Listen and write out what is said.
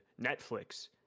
netflix